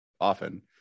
often